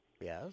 Yes